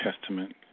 Testament